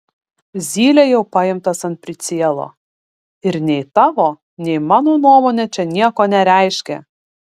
zylė jau paimtas ant pricielo ir nei tavo nei mano nuomonė čia nieko nereiškia